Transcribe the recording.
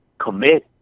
commit